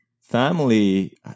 family